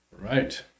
Right